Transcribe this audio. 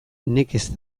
nekez